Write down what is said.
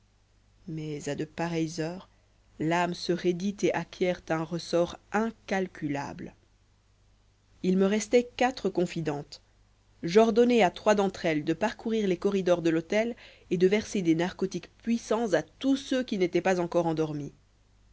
mais à de pareilles heures l'âme se raidit et acquiert un ressort incalculable il me restait quatre confidentes j'ordonnai à trois d'entre elles de parcourir les corridors de l'hôtel et de verser des narcotiques puissants à tous ceux qui n'étaient pas encore endormis